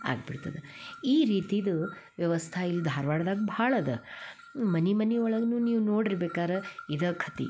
ಆಗ್ಬಿಡ್ತದೆ ಈ ರೀತಿದು ವ್ಯವಸ್ಥೆ ಇಲ್ಲಿ ಧಾರ್ವಾಡ್ದಾಗ ಭಾಳ ಅದ ಮನೆ ಮನೆ ಒಳಗೂ ನೀವು ನೋಡಿರಿ ಬೇಕಾರೆ ಇದೇ ಖತಿ